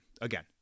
Again